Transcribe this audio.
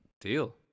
deal